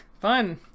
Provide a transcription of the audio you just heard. Fun